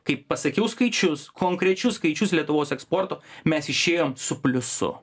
kai pasakiau skaičius konkrečius skaičius lietuvos eksporto mes išėjom su pliusu